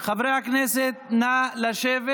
חברי הכנסת, נא לשבת.